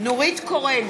נורית קורן,